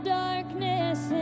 darkness